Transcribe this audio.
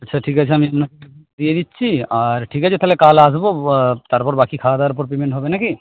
আচ্ছা ঠিক আছে আমি দিয়ে দিচ্ছি আর ঠিক আছে তাহলে কাল আসবো তারপর বাকি খাওয়া দাওয়ার ওপর পেমেন্ট হবে না কি